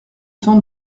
temps